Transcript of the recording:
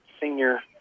senior